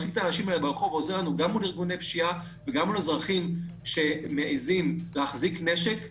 ועוזר לנו גם מול ארגוני פשיעה וגם מול אזרחים שמעזים להחזיק נשק.